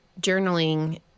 journaling